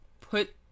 put